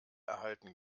erhalten